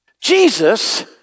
Jesus